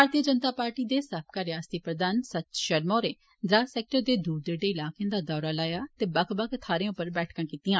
भारतीय जनता पार्टी दे साबका रियासती प्रधान सत शर्मा होरें द्रास सैक्टर दे दूर दरेडे इलाकें दा दौरा लाया ते बक्ख बक्ख थाहरें उप्पर बैठकां कीतियां